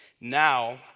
Now